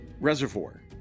reservoir